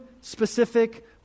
specific